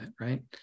right